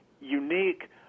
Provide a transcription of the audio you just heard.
unique